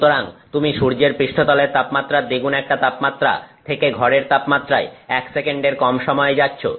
সুতরাং তুমি সূর্যের পৃষ্ঠতলের তাপমাত্রার দ্বিগুণ একটা তাপমাত্রা থেকে ঘরের তাপমাত্রায় 1 সেকেন্ডের কম সময়ে যাচ্ছ